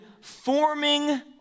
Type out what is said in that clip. forming